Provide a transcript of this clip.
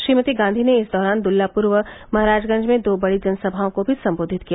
श्रीमती गांधी ने इस दौरान दुल्लापुर व महाराजगंज में दो बड़ी जनसभाओं को भी संबोधित किया